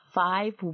five